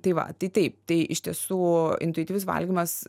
tai va tai taip tai iš tiesų intuityvus valgymas